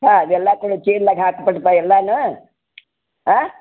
ಹಾಂ ಎಲ್ಲ ಕೊಡು ಚೀಲ್ದಾಗಹಾಕಿ ಕೊಡಪ್ಪ ಎಲ್ಲಾನೂ ಹಾಂ